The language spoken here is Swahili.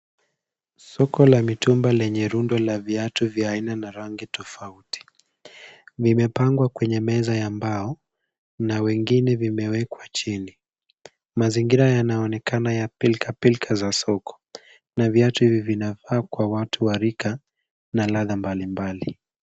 Soko la mitumba lenye rundo la viatu vya aina na rangi tofauti. Vimepangwa kwenye meza ya mbao na wengine vimewekwa chini. Mazingira yanaonekana ya pilka pilka za soko na viatu hivi vinafaa kwa watu wa rika na ladha mbalimbali.